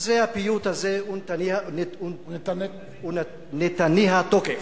הפיוט הוא "נתנה תוקף".